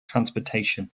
transportation